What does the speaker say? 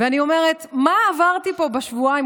ואני אומרת: מה עברתי פה בשבועיים?